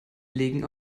legen